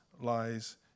lies